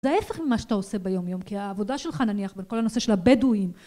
זה ההפך ממה שאתה עושה ביום יום, כי העבודה שלך נניח, בין כל הנושא של הבדואים...